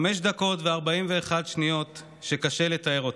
חמש דקות ו-41 שניות שקשה לתאר אותן.